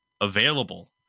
available